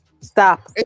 Stop